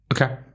Okay